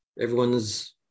everyone's